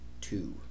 two